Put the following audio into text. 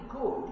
good